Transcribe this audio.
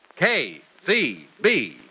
KCB